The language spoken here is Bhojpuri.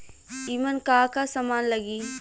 ईमन का का समान लगी?